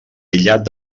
aïllat